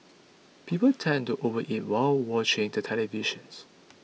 people tend to overeat while watching the televisions